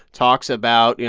talks about, you